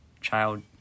child